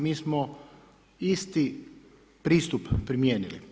Mi smo isti pristup primijenili.